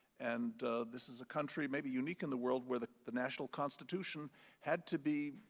and this is a country maybe unique in the world where the the national constitution had to be